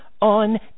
on